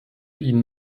ihnen